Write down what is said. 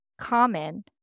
common